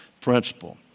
principle